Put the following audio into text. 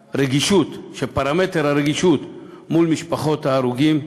שפרמטר הרגישות כלפי משפחות ההרוגים,